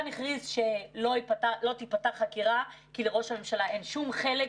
הכריז שלא תיפתח חקירה כי לראש הממשלה אין שום חלק,